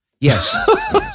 Yes